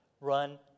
run